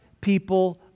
people